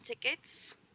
tickets